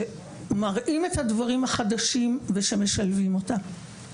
שמראים את הדברים החדשים ושמשלבים אותם.